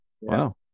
Wow